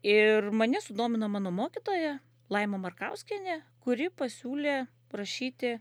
ir mane sudomino mano mokytoja laima markauskienė kuri pasiūlė parašyti